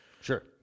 Sure